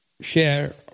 share